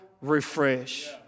refresh